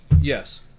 Yes